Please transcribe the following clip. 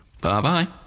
Bye-bye